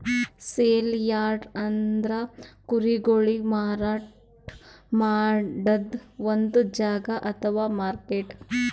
sale yards ಅಂದ್ರ ಕುರಿಗೊಳಿಗ್ ಮಾರಾಟ್ ಮಾಡದ್ದ್ ಒಂದ್ ಜಾಗಾ ಅಥವಾ ಮಾರ್ಕೆಟ್